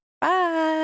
bye